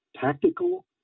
tactical